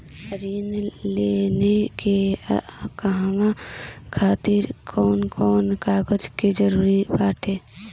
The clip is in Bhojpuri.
ऋण लेने के कहवा खातिर कौन कोन कागज के जररूत बाटे?